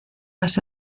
las